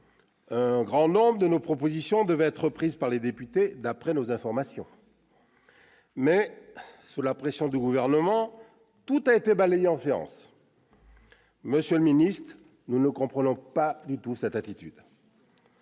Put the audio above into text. un grand nombre de nos propositions devaient être reprises par les députés. Néanmoins, sous la pression du Gouvernement, tout a été balayé en séance ! Monsieur le secrétaire d'État, nous ne comprenons pas du tout cette attitude